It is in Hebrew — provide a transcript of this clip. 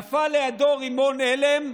נפל לידו רימון הלם,